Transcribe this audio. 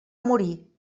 morir